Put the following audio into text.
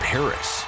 Paris